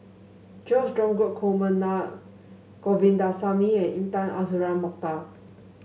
George Dromgold Coleman Naa Govindasamy and Intan Azura Mokhtar